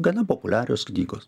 gana populiarios knygos